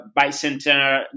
Bicentennial